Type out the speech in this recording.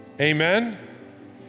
Amen